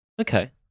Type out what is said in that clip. Okay